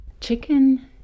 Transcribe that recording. Chicken